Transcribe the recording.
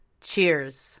Cheers